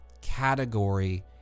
category